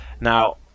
Now